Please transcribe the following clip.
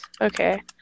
Okay